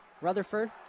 rutherford